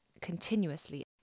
continuously